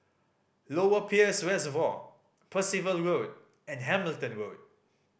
Lower Peirce Reservoir Percival Road and Hamilton Road